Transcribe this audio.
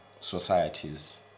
societies